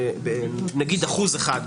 נגיד אחוז אחד,